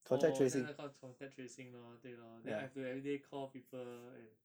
orh 我现在做 contact tracing lor 对 lor then I have to everyday call people and